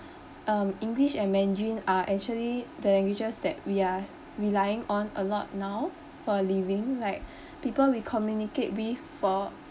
um english and mandarin are actually the languages that we are relying on a lot now for a living like people we communicate with for